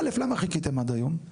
א', למה חיכיתם עד היום?